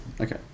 Okay